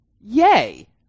Yay